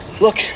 Look